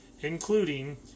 including